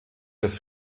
des